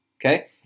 Okay